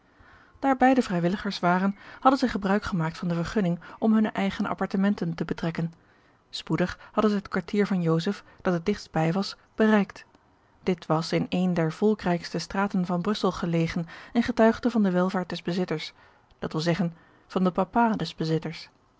daar beide vrijwilligers waren hadden zij gebruik gemaakt van de vergunning om hunne eigene appartementen te betrekken spoedig hadden zij het kwartier van joseph dat het digtst bij was bereikt dit was in eene der volkrijkste straten van brussel gelegelegen en getuigde van de welvaart des bezitters dat wil zeggen van den papa des bezitters